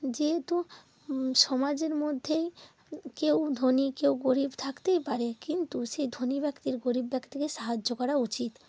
যেহেতু সমাজের মধ্যেই কেউ ধনী কেউ গরীব থাকতেই পারে কিন্তু সেই ধনী ব্যক্তির গরীব ব্যক্তিকে সাহায্য করা উচিত